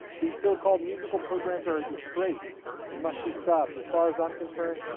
these so-called musical programs are a disgrace and must be stopped. as far as i'm concerned,